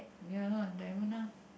ya lah diamond ah